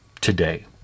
today